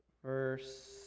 Verse